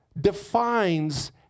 defines